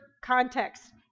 context